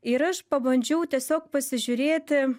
ir aš pabandžiau tiesiog pasižiūrėti